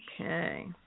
Okay